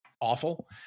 awful